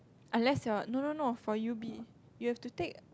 unless your no no no for u_b you have to take